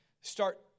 start